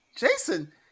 Jason